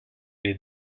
les